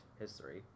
history